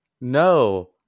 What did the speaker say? No